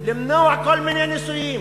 למנוע כל מיני ניסויים,